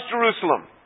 Jerusalem